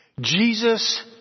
Jesus